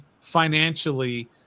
financially